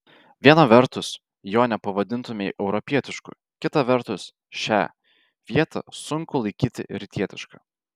viena vertus jo nepavadintumei europietišku kita vertus šią vietą sunku laikyti rytietiška